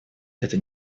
это